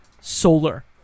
Solar